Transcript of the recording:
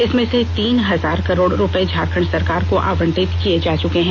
इसमें से तीन हजार करोड़ रुपए झारखंड सरकार को आवंटित किया जा चुका है